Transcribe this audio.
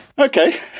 Okay